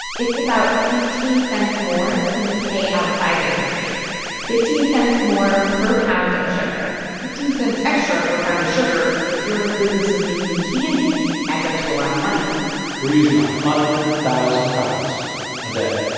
it's about fifteen cents more than you pay outside the country fifteen cents more per pound of sugar fifteen cents extra per pound of sugar sugar if you're in the business of making candy adds up to a lot of money we're using a one hundred thousand pounds a day.